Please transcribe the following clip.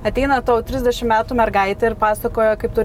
ateina tau trisdešim metų mergaitė ir pasakoja kaip tu